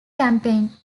campaign